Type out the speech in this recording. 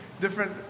different